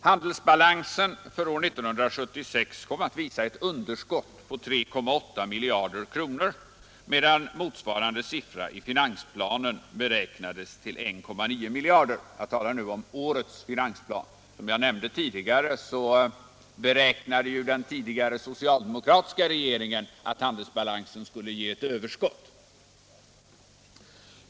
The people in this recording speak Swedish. Handelsbalansen för 1976 kom att visa ett underskott på 3,8 miljarder, medan motsvarande siffra i finansplanen beräknades till 1,9 miljarder. Jag talar nu om årets finansplan. Som jag nämnde tidigare beräknade den förutvarande socialdemokratiska regeringen att handelsbalansen skulle ge ett överskott.